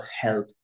health